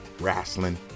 wrestling